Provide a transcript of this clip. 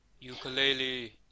Ukulele